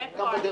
אין פה.